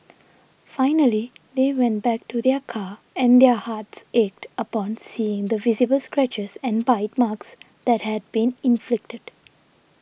finally they went back to their car and their hearts ached upon seeing the visible scratches and bite marks that had been inflicted